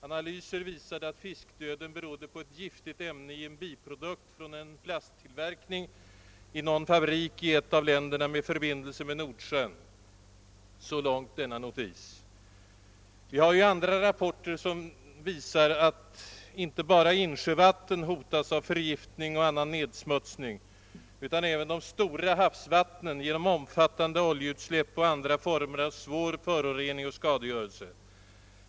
Analyser visade att fiskdöden berodde på ett giftigt ämne i en biprodukt vid plasttillverkning i någon fabrik i ett av länderna med förbindelse med Nordsjön. Så långt denna notis. Vi har ju andra rapporter som visar att inte bara insjövatten hotas av förgiftning och annan nedsmutsning, utan detta gäller även de stora havsvattnen på grund av omfattande oljeutsläpp och andra former av svår förorening och skadegörelse.